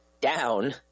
Down